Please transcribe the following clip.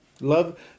Love